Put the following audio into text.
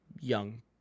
Young